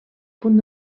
punt